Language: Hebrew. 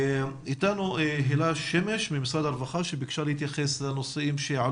נמצאת אתנו ב-זום הילה שמש ממשרד הרווחה שביקשה להתייחס לנושאים.